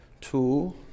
Two